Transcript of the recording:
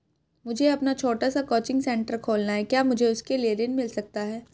मुझे अपना छोटा सा कोचिंग सेंटर खोलना है क्या मुझे उसके लिए ऋण मिल सकता है?